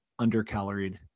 undercaloried